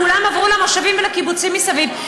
כולם עברו למושבים ולקיבוצים מסביב,